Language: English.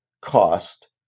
cost